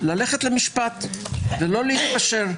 ללכת למשפט ולא להתפשר,